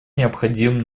необходим